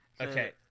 Okay